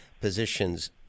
positions